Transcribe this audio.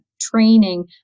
Training